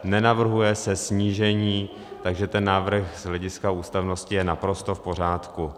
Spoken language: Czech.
Nenavrhuje se snížení, takže ten návrh z hlediska ústavnosti je naprosto v pořádku.